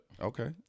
Okay